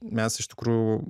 mes iš tikrųjų